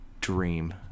dream